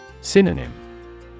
Synonym